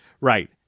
Right